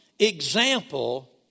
example